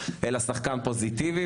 אלא על ידי שחקן פוזיטיבי.